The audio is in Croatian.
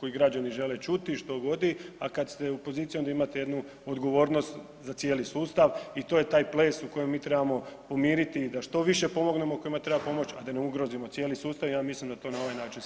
koji građani žele čuti, što godi a kad ste u poziciji onda imate jednu odgovornost za cijeli sustav i to je taj ples u kojem mi trebamo promijeniti da što više pomognemo kojima treba pomoć a da ne ugrozimo cijeli sustav, ja mislim da to na ovaj način svi i rade.